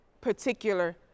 particular